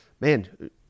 man